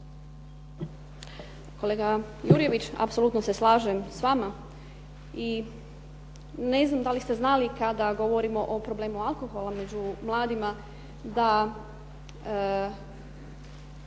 Kolega Jurjević, apsolutno se slažem s vama i ne znam da li ste znali kada govorimo o problemu alkohola među mladima da